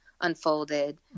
unfolded